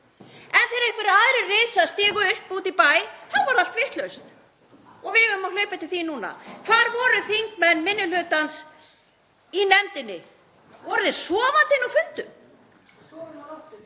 en þegar einhverjir aðrir risar stigu upp úti í bæ þá varð allt vitlaust og við eigum að hlaupa eftir því núna. Hvar voru þingmenn minni hlutans í nefndinni? Voru þeir sofandi á fundum? (ÞorbG: Við sofum